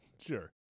Sure